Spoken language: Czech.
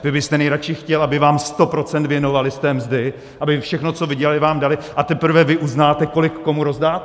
Vy byste nejradši chtěl, aby vám sto procent věnovali z té mzdy, aby všechno, co vydělali, vám dali, a teprve vy uznáte, kolik komu rozdáte!